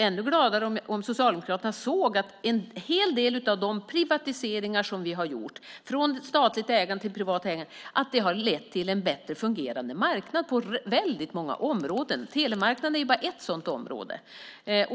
Ännu gladare vore jag om Socialdemokraterna såg att en hel del av de privatiseringar som vi gjort - övergången från statligt ägande till privat ägande - har lett till en bättre fungerande marknad på väldigt många områden. Telemarknaden är bara ett sådant område.